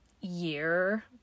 year